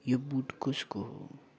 यो बुट कसको हो